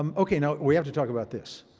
um okay, now we have to talk about this.